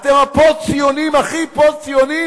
אתם הפוסט-ציונים הכי פוסט-ציונים